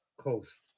Coast